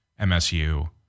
MSU